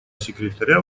секретаря